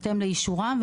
בכפוף לאישורם,